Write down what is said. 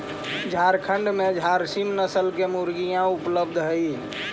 झारखण्ड में झारसीम नस्ल की मुर्गियाँ उपलब्ध हई